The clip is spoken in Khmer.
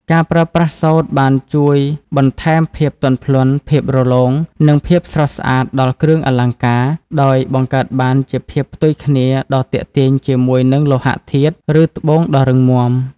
ការប្រើប្រាស់សូត្របានជួយបន្ថែមភាពទន់ភ្លន់ ភាពរលោង និងភាពស្រស់ស្អាតដល់គ្រឿងអលង្ការ ដោយបង្កើតបានជាភាពផ្ទុយគ្នាដ៏ទាក់ទាញជាមួយនឹងលោហៈធាតុ ឬត្បូងដ៏រឹងមាំ។